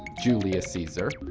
julius cesar.